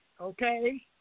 okay